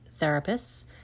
therapists